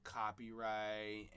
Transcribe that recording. copyright